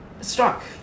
Struck